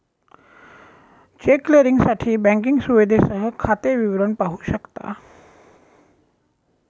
check क्लिअरिंगसाठी banking सुविधेसह खाते विवरण पाहू शकता